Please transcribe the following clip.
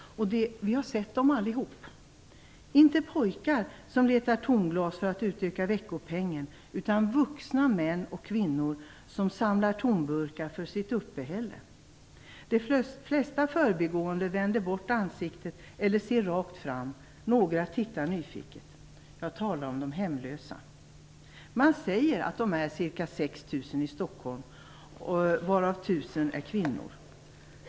Den grupp jag avser har vi alla sett. Det är inte pojkar som letar tomglas för att utöka veckopengen utan vuxna män och kvinnor som samlar tomburkar för sitt uppehälle. De flesta som går förbi vänder bort ansiktet eller ser rakt fram. Några tittar nyfiket. Jag talar om de hemlösa. Man säger att de är ca 6 000 i Stockholm, varav 1 000 är kvinnor.